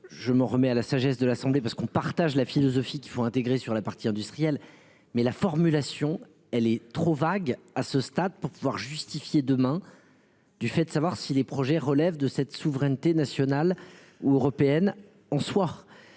je me remets à la sagesse de l'Assemblée, parce qu'on partage la philosophie qu'il faut intégrer sur le. À partir du Triel mais la formulation. Elle est trop vague. À ce stade pour pouvoir justifier demain. Du fait de savoir si les projets relève de cette souveraineté nationale ou européenne ont soit